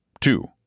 Two